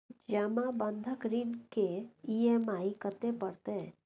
जमा बंधक ऋण के ई.एम.आई कत्ते परतै?